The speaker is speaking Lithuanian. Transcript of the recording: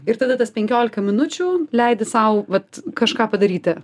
ir tada tas penkiolika minučių leidi sau vat kažką padaryti